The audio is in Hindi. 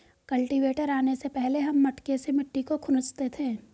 कल्टीवेटर आने से पहले हम मटके से मिट्टी को खुरंचते थे